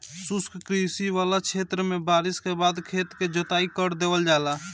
शुष्क कृषि वाला क्षेत्र में बारिस के बाद खेत क जोताई कर देवल जाला